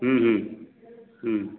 हूँ हूँ हूँ